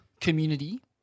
community